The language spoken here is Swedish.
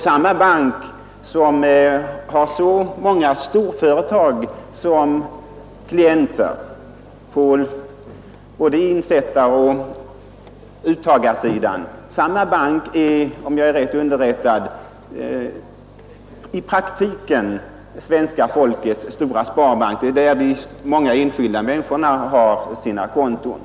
Samma bank som har så många storföretag som klienter — på både insättaroch uttagarsidan — är i praktiken, om jag är rätt underrättad, svenska folkets stora sparbank. Det är där de många enskilda människorna har sina konton.